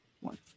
one